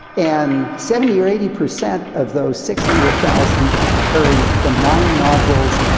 and seventy or eighty per cent of those six hundred thousand carry benign nodules.